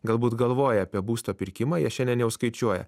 galbūt galvoja apie būsto pirkimą jie šiandien jau skaičiuoja